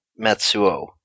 Matsuo